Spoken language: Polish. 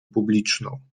publiczną